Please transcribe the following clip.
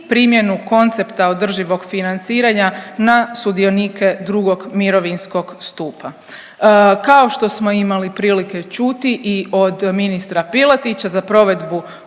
primjenu koncepta održivog financiranja na sudionike II. mirovinskog stupa. Kao što smo imali prilike čuti i od ministra Piletića, za provedbu